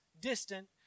distant